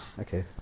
Okay